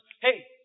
Hey